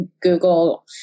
Google